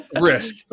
risk